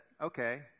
Okay